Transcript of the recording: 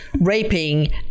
raping